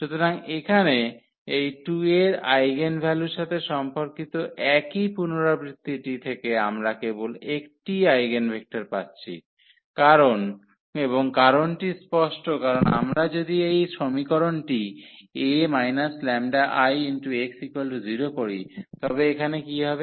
সুতরাং এখানে এই 2 এর আইগনভ্যালুর সাথে সম্পর্কিত একই পুনরাবৃত্তিটি থেকে আমরা কেবল একটিই আইগেনভেক্টর পাচ্ছি এবং কারণটি স্পষ্ট কারণ আমরা যদি এই সমীকরণটি A λIx 0 করি তবে এখানে কী হবে